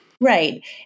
Right